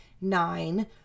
nine